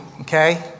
okay